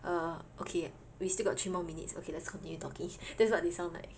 err okay we still got three more minutes okay let's continue talking that's what they sound like